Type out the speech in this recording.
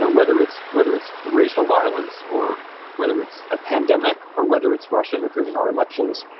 ah whether it's whether it's racial violence, or whether it's a pandemic, or whether it's russia interfering in our elections,